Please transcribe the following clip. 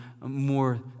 more